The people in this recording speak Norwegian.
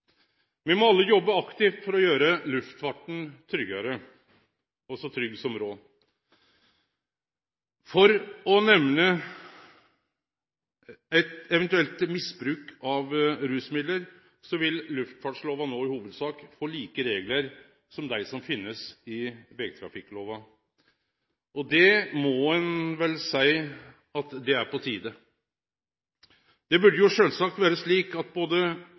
Me må alle jobbe aktivt for å gjere luftfarten tryggare – så trygg som råd er. For å nemne t.d. eventuelt misbruk av rusmiddel vil luftfartslova no i hovudsak få like reglar som dei som finst i vegtrafikklova. Det må ein vel seie er på tide. Det burde sjølvsagt vore slik at